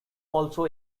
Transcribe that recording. also